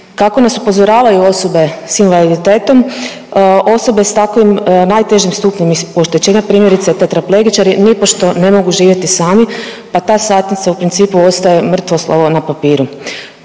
Kako nas upozoravaju osobe s invaliditetom osobe s takvim najtežim stupnjem oštećenja primjerice tetraplegičari nipošto ne mogu živjeti sami, pa ta satnica u principu ostaje mrtvo slovo na papiru.